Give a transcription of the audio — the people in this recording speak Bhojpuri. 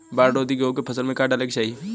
बाढ़ रोधी गेहूँ के फसल में का डाले के चाही?